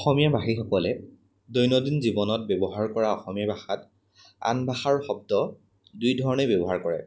অসমীয়াভাষীসকলে দৈনন্দিন জীৱনত ব্যৱহাৰ কৰা অসমীয়া ভাষাত আন ভাষাৰ শব্দ দুই ধৰণেই ব্যৱহাৰ কৰে